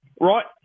right